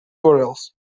urls